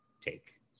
take